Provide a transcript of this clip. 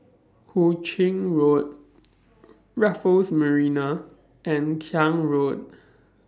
Hu Ching Road Raffles Marina and Klang Road